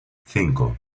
cinco